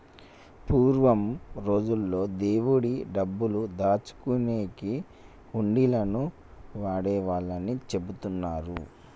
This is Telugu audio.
పూర్వం రోజుల్లో దేవుడి డబ్బులు దాచుకునేకి హుండీలను వాడేవాళ్ళని చెబుతున్నరు